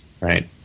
right